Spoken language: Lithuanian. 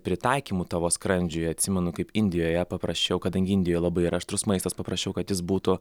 pritaikymu tavo skrandžiui atsimenu kaip indijoje paprašiau kadangi indijoje labai yra aštrus maistas paprašiau kad jis būtų